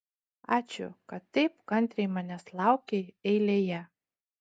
ačiū kad taip kantriai manęs laukei eilėje